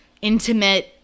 intimate